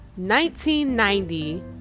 1990